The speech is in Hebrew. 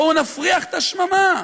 בואו נפריח את השממה.